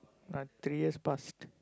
ah three years past